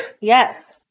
Yes